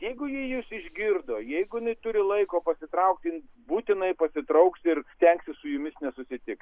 jeigu ji jus išgirdo jeigu jinai turi laiko pasitraukti jin būtinai pasitrauks ir stengsis su jumis nesusitikti